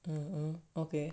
um okay